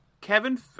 Kevin